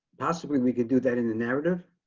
possibly. we could do that in the narrative.